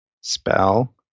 spell